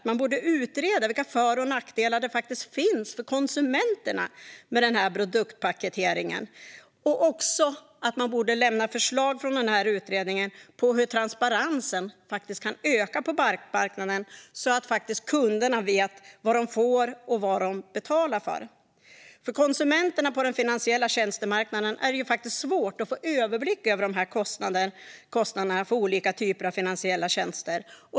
Man borde utreda vilka för och nackdelar det finns för konsumenterna med denna produktpaketering. En sådan utredning borde också lämna förslag på hur transparensen kan öka på bankmarknaden så att kunderna faktiskt vet vad de får och vad de betalar för. För konsumenterna på den finansiella tjänstemarknaden är det svårt att få överblick över kostnaderna för olika typer av finansiella tjänster.